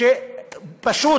פשוט,